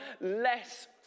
less